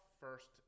first